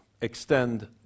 extend